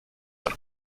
von